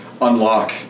unlock